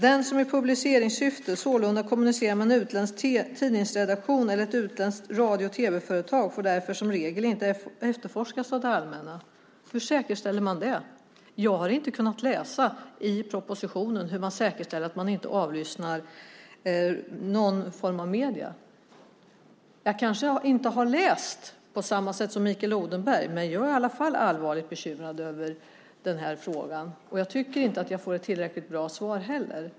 Den som i publiceringssyfte sålunda kommunicerar med en utländsk tidningsredaktion eller ett utländskt radio och tv-företag får därför som regel inte efterforskas av det allmänna. Hur säkerställer man det? Jag har inte kunnat läsa i propositionen hur man säkerställer att man inte avlyssnar några medier. Jag kanske inte har läst på samma sätt som Mikael Odenberg, men jag är i alla fall allvarligt bekymrad över den här frågan. Och jag tycker inte att jag får ett tillräckligt bra svar heller.